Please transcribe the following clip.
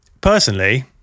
personally